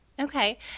Okay